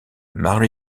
mary